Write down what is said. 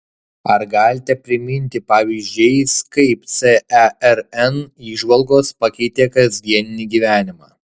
ar galite priminti pavyzdžiais kaip cern įžvalgos pakeitė kasdienį gyvenimą